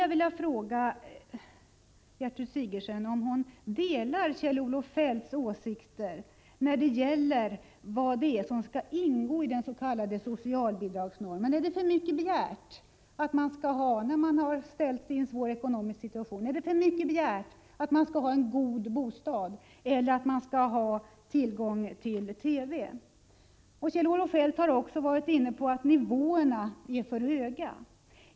Jag vill också fråga Gertrud Sigurdsen om hon delar Kjell-Olof Feldts åsikter om vad som skall ingå i den s.k. socialbidragsnormen. När man har ställts i en svår ekonomisk situation, är det då för mycket begärt att man skall ha en god bostad eller tillgång till TV? Kjell-Olof Feldt har också varit inne på att nivåerna är för höga.